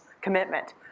commitment